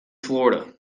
florida